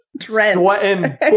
sweating